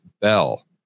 Bell